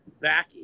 back